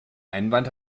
einwand